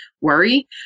worry